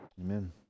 Amen